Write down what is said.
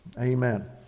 amen